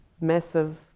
massive